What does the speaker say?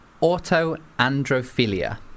auto-androphilia